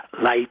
light